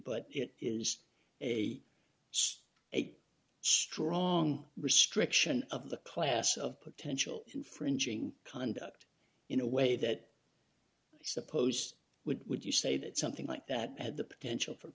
but it is a strong restriction of the class of potential infringing conduct in a way that supposed would would you say that something like that had the potential for